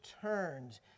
turned